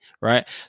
Right